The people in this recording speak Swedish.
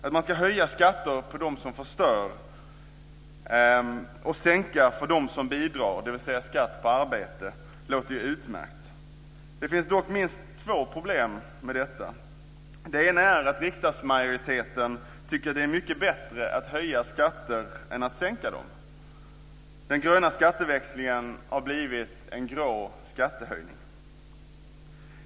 Att man ska höja skatter på dem som förstör och sänka för dem som bidrar, dvs. skatt på arbete, låter utmärkt. Det finns dock minst två problem med detta. Det ena är att riksdagsmajoriteten tycker att det är mycket bättre att höja skatter än att sänka dem. Den gröna skatteväxlingen har blivit en grå skattehöjning.